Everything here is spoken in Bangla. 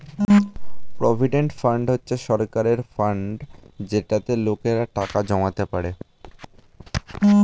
প্রভিডেন্ট ফান্ড হচ্ছে সরকারের ফান্ড যেটাতে লোকেরা টাকা জমাতে পারে